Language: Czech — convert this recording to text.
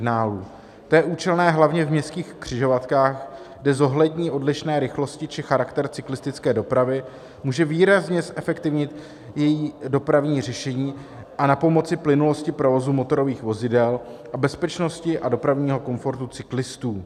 To je účelné hlavně v městských křižovatkách, kde zohlednění odlišné rychlosti či charakter cyklistické dopravy může výrazně zefektivnit její dopravní řešení a napomoci plynulosti provozu motorových vozidel a bezpečnosti a dopravnímu komfortu cyklistů.